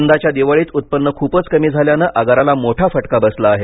यंदाच्या दिवाळीत उत्पन्न खूपच कमी झाल्यानं आगाराला मोठा फटका बसला आहे